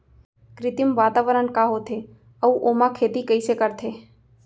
कृत्रिम वातावरण का होथे, अऊ ओमा खेती कइसे करथे?